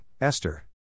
Esther